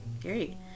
Great